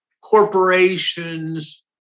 corporations